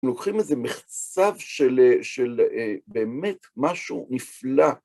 לוקחים איזה מחצב של באמת משהו נפלא.